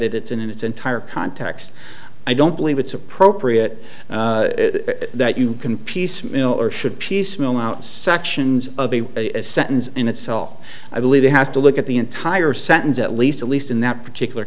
it it's in its entire context i don't believe it's appropriate that you can piecemeal or should piecemeal out sections of a sentence in itself i believe they have to look at the entire sentence at least at least in that particular